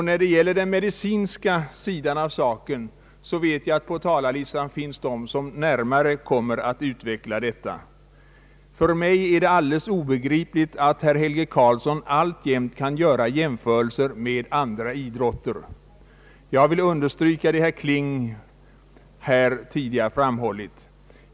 När det gäller den medicinska sidan av saken vet jag att det på talarlistan finns de som närmare kommer att utveckla den. För mig är det alldeles obegripligt att herr Helge Karlsson alltjämt kan göra jämförelser med andra idrotter. Jag vill understryka vad herr Kling tidigare framhöll.